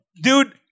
dude